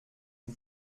une